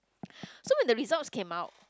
so when the results came out